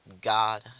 God